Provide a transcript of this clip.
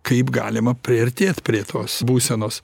kaip galima priartėt prie tos būsenos